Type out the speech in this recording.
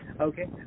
okay